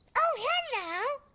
oh hello.